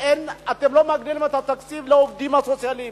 אתם לא מגדילים את התקציב לעובדים הסוציאליים.